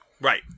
Right